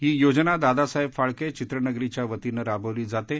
ही योजना दादासाहेब फाळके चित्रनगरीच्या वतीनं राबवली जाते